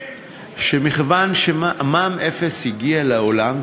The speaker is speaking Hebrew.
שמכיוון שמע"מ אפס הגיע לעולם,